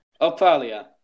Opalia